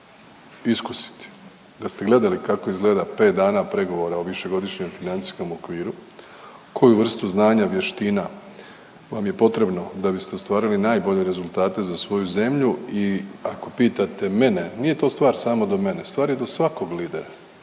Da ste gledali kako izgleda pet dana pregovora o Višegodišnjem financijskom okviru koju vrstu znanja, vještina vam je potrebno da biste ostvarili najbolje rezultate za svoju zemlju. I ako pitate mene nije to stvar samo do mene, stvar je do svakog lidera,